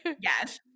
Yes